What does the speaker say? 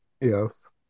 Yes